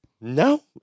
No